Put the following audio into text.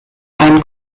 ein